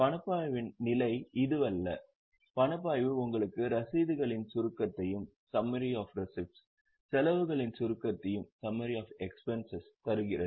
பணப்பாய்வின் நிலை இதுவல்ல பணப்பாய்வு உங்களுக்கு ரசீதுகளின் சுருக்கத்தையும் செலவுகளின் சுருக்கத்தையும் தருகிறது